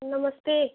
नमस्ते